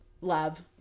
love